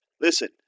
listen